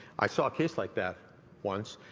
i saw a case like that once,